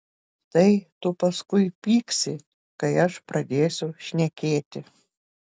tai tu paskui pyksi kai aš pradėsiu šnekėti